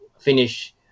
finish